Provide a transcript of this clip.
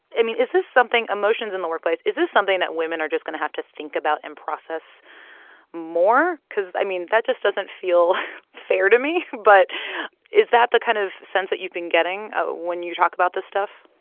i mean, is this something emotions in the workplace is this something that women are just going to have to think about and process more? cause, i mean, that just doesn't feel fair to me. but is that the kind of sense that you've been getting ah when you talk about this stuff?